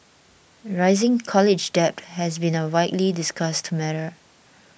rising college debt has been a widely discussed matter